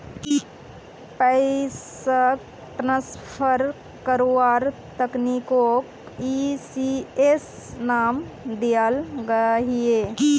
पैसाक ट्रान्सफर कारवार तकनीकोक ई.सी.एस नाम दियाल गहिये